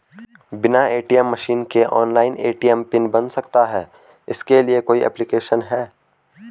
बिना ATM machine के online ATM PIN बन सकता है इसके लिए कोई ऐप्लिकेशन है?